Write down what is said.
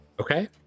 Okay